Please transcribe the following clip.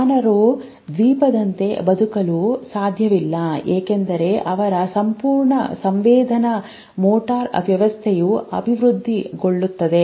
ಮಾನವರು ದ್ವೀಪದಂತೆ ಬದುಕಲು ಸಾಧ್ಯವಿಲ್ಲ ಏಕೆಂದರೆ ಅವರ ಸಂಪೂರ್ಣ ಸಂವೇದನಾ ಮೋಟಾರ್ ವ್ಯವಸ್ಥೆಯು ಅಭಿವೃದ್ಧಿಗೊಳ್ಳುತ್ತದೆ